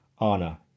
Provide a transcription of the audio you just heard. Anna